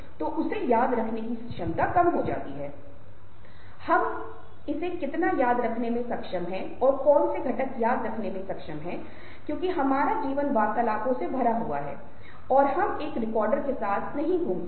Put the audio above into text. हम इस बात को समझने के लिए थोड़ा सा प्रयोग करेंगे कि कैसे लोग विभिन्न मांसपेशियों या चेहरे के विभिन्न भागों का उपयोग संचारी भावनाओं के लिए करते हैं